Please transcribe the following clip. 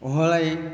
ଓହଳାଇ